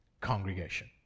congregation